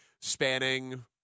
spanning